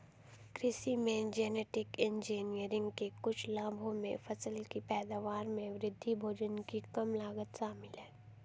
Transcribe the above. कृषि में genetic engineering के कुछ लाभों में फसल की पैदावार में वृद्धि, भोजन की कम लागत शामिल हैं